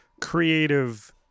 creative